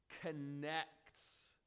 connects